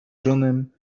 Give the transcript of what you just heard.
tronem